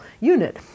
unit